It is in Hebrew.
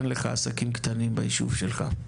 אין לך עסקים קטנים ביישוב שלך.